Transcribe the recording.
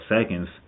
seconds